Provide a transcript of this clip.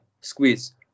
squeeze